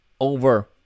over